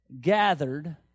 gathered